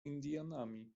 indianami